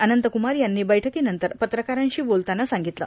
अनंतकुमार यांनी वैठकीनंतर पत्रकारांशी बोलताना सांगितले